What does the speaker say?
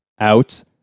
out